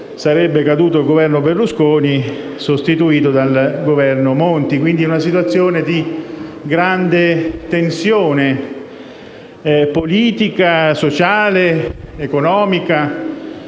sarebbe caduto il Governo Berlusconi sostituito dal Governo Monti). Eravamo quindi in una situazione di grande tensione politica, sociale ed economica.